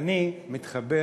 אני מתחבר